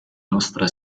nostra